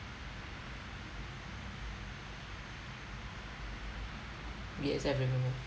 yes I remember